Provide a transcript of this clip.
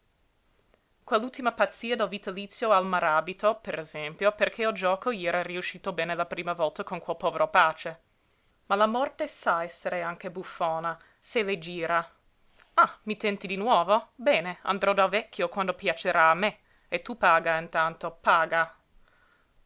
schiattò quell'ultima pazzia del vitalizio al maràbito per esempio perché il gioco gli era riuscito bene la prima volta con quel povero pace ma la morte sa essere anche buffona se le gira ah mi tenti di nuovo bene andrò dal vecchio quando piacerà a me e tu paga intanto paga